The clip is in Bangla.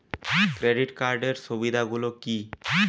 ক্রেডিট কার্ডের সুবিধা গুলো কি?